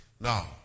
Now